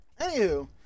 Anywho